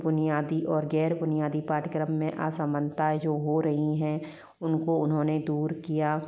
बुनयादी और गैर बुनयादी पाठ्यक्रम में असमानताएं जो हो रही हैं उनको उन्होंने दूर किया